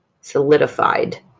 solidified